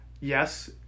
yes